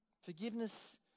Forgiveness